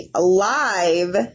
live